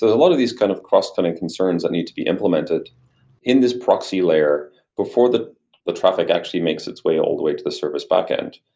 lot of these kind of cross-cutting concerns that need to be implemented in this proxy layer before the the traffic actually makes its way all the way to the service backend